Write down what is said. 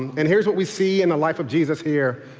and here's what we see in the life of jesus here.